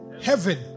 heaven